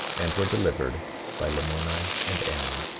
and were delivered by lamoni and ammon.